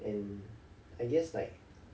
and I guess like